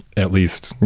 at least